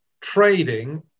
trading